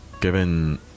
given